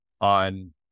on